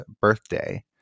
birthday